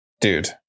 Dude